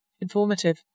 informative